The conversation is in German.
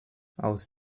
aus